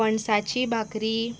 पणसाची भकरी